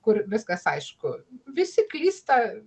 kur viskas aišku visi klysta